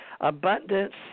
abundance